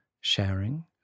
sharing